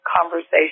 conversation